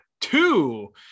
two